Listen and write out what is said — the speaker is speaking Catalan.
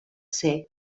ser